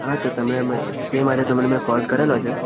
હા તો તમે મેં તે માટે તમને મેં ફોન કરેલો છે